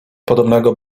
podobnego